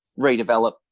redevelop